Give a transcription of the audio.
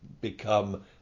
become